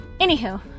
anywho